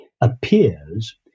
appears